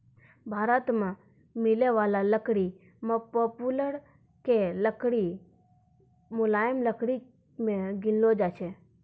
भारत मॅ मिलै वाला लकड़ी मॅ पॉपुलर के लकड़ी मुलायम लकड़ी मॅ गिनलो जाय छै